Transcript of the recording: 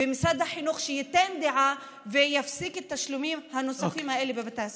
שמשרד החינוך ייתן דעתו ויפסיק את התשלומים הנוספים האלה לבתי הספר.